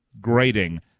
grading